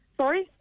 Sorry